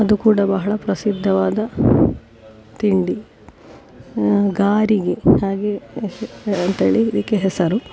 ಅದು ಕೂಡ ಬಹಳ ಪ್ರಸಿದ್ಧವಾದ ತಿಂಡಿ ಗಾರಿಗೆ ಹಾಗೆ ಅಂತ್ಹೇಳಿ ಇದಕ್ಕೆ ಹೆಸರು